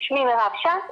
שמי מירב שת,